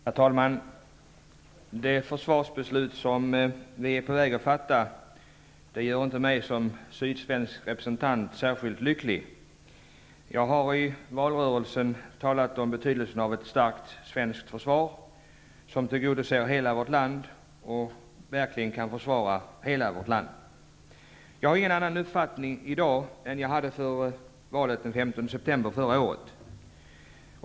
Herr talman! Det försvarsbeslut som vi är på väg att fatta gör inte mig som sydsvensk representant särskilt lycklig. Jag har i valrörelsen talat om betydelsen av ett starkt svenskt försvar som tillgodoser hela vårt land och verkligen kan försvara hela vårt land. Jag har inte någon annan uppfattning i dag än vad jag hade före valet den 15 september förra året.